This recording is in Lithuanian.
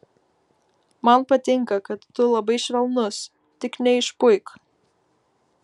man patinka kad tu labai švelnus tik neišpuik